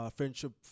Friendship